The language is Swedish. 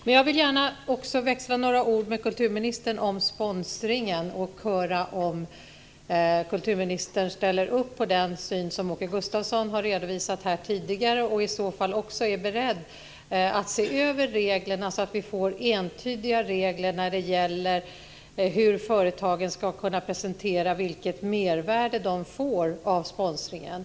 Men jag vill gärna också växla några ord med kulturministern om sponsringen. Jag vill höra om kulturministern ställer upp på den syn som Åke Gustavsson har redovisat tidigare och i så fall också är beredd att se över reglerna, så att vi får entydiga regler när det gäller hur företagen ska kunna presentera vilket mervärde de får av sponsringen.